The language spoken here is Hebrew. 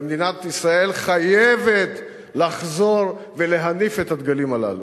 ומדינת ישראל חייבת לחזור ולהניף את הדגלים הללו.